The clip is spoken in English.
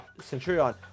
Centurion